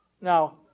Now